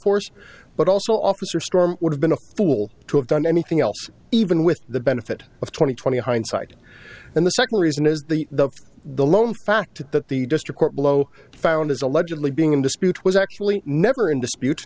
force but also officer storm would have been a fool to have done anything else even with the benefit of twenty twenty hindsight and the second reason is the the the lone fact that the district court below found his allegedly being in dispute was actually never in dispute